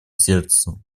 сердцу